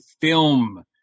film